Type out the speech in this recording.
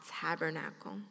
tabernacle